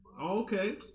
Okay